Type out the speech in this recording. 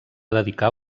dedicar